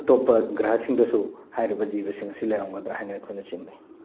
ꯑꯇꯣꯞꯄ ꯒ꯭ꯔꯍꯁꯤꯡꯗꯁꯨ ꯍꯥꯏꯔꯤꯕ ꯖꯤꯕꯁꯤꯡ ꯑꯁꯤ ꯂꯩꯔꯝꯒꯗ꯭ꯔꯥ ꯍꯥꯏꯅ ꯑꯩꯈꯣꯏꯅ ꯆꯤꯡꯅꯩ